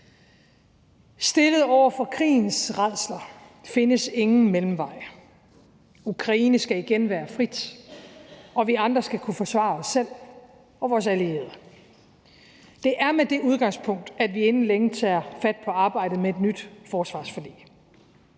Stillet over for krigens rædsler findes der ingen mellemvej. Ukraine skal igen være frit, og vi andre skal kunne forsvare os selv og vores allierede. Det er med det udgangspunkt, at vi inden længe tager fat på arbejdet med et nyt forsvarsforlig.